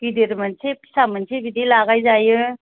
गिदिर मोनसे फिसा मोनसे बिदि लागायजायो